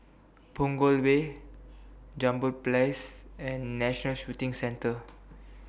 Punggol Way Jambol Place and National Shooting Center